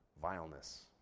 Vileness